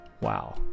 Wow